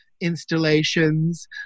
installations